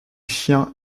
chiens